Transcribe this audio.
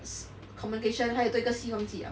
S communication 还有多一个 C 忘记 liao